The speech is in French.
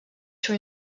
sur